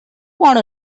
want